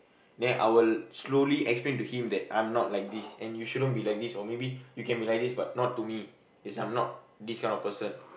then I will slowly explain to him that I'm not like this and you shouldn't be like this or maybe you can be like this but not to me cause I'm not this kind of person